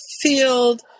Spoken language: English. field